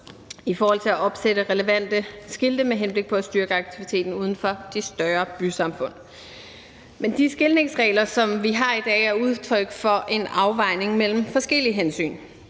i forhold til at opsætte relevante skilte med henblik på at styrke aktiviteten uden for de større bysamfund. Men de skiltningsregler, som vi har i dag, er udtryk for en afvejning mellem forskellige hensyn.